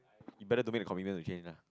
you better to make the commitment to change ah